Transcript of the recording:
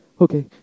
okay